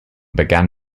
began